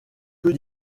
que